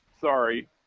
Sorry